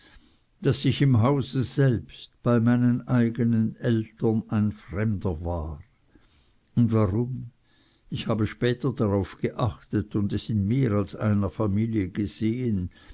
daß ich im hause selbst bei meinen eignen eltern ein fremder war und warum ich habe später darauf geachtet und es in mehr als einer familie gesehn